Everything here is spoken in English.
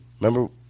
remember